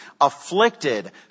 afflicted